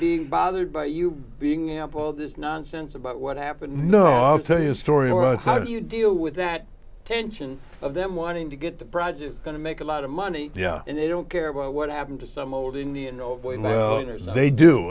being bothered by you being up all this nonsense about what happened no i'll tell you a story or how do you deal with that tension of them wanting to get the project going to make a lot of money yeah and they don't care about what happened to some